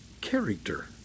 character